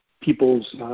people's